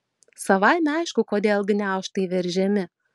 savaime aišku kodėl gniaužtai veržiami